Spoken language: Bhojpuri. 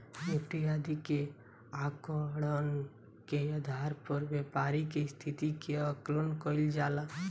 निफ्टी आदि के आंकड़न के आधार पर व्यापारि के स्थिति के आकलन कईल जाला